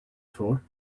for